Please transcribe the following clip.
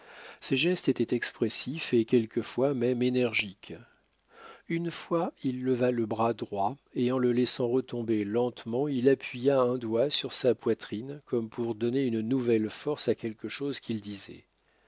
ses gestes étaient expressifs et quelquefois même énergiques une fois il leva le bras droit et en le laissant retomber lentement il appuya un doigt sur sa poitrine comme pour donner une nouvelle force à quelque chose qu'il disait